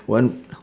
one